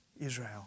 Israel